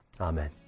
Amen